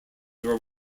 were